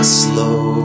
slow